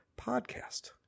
podcast